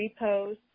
repost